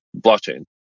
blockchain